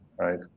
Right